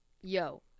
yo